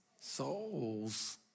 souls